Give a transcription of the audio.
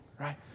right